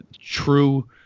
true